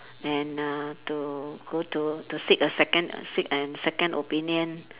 and uh to go to to seek a second seek a second opinion